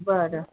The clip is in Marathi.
बरं